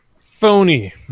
Phony